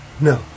no